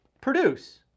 produce